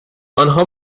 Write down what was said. آنها